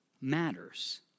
matters